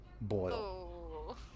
boil